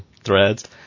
threads